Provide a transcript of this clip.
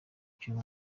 cy’uyu